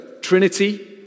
Trinity